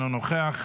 אינו נוכח,